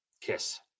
Kiss